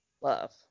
Love